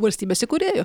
valstybės įkūrėjų